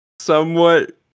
Somewhat